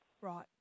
Right